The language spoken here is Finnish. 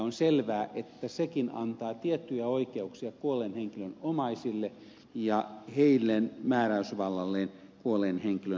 on selvää että sekin antaa tiettyjä oikeuksia kuolleen henkilön omaisille ja heidän määräysvallalleen kuolleen henkilön ruumiin osalta